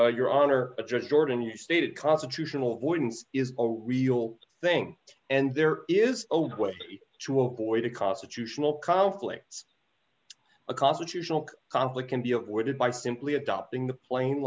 as your honor a judge jordan you stated constitutional avoidance is a real thing and there is old ways to avoid a constitutional conflict a constitutional conflict can be avoided by simply adopting the pla